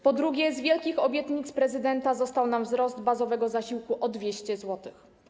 Po drugie, z wielkich obietnic prezydenta został nam wzrost bazowego zasiłku o 200 zł.